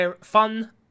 fun